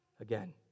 again